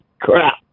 crap